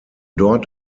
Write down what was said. dort